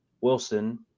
Wilson